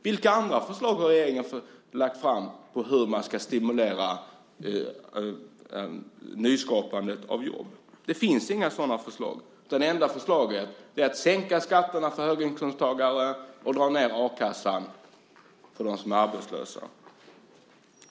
Vilka andra förslag har regeringen på hur man ska stimulera nyskapandet av jobb? Det finns inga sådana förslag. Det enda förslaget är att sänka skatterna för höginkomsttagare och dra ned a-kassan för dem som är arbetslösa.